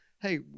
hey